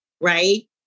right